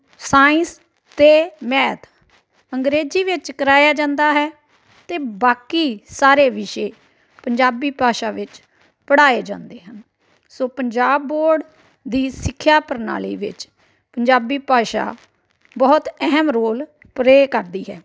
science ਅਤੇ math ਅੰਗਰੇਜ਼ੀ ਵਿੱਚ ਕਰਵਾਇਆ ਜਾਂਦਾ ਹੈ ਅਤੇ ਬਾਕੀ ਸਾਰੇ ਵਿਸ਼ੇ ਪੰਜਾਬੀ ਭਾਸ਼ਾ ਵਿੱਚ ਪੜ੍ਹਾਏ ਜਾਂਦੇ ਹਨ ਸੋ ਪੰਜਾਬ ਬੋਰਡ ਦੀ ਸਿੱਖਿਆ ਪ੍ਰਣਾਲੀ ਵਿੱਚ ਪੰਜਾਬੀ ਭਾਸ਼ਾ ਬਹੁਤ ਅਹਿਮ ਰੋਲ ਪਰੇਅ ਕਰਦੀ ਹੈ